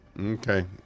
Okay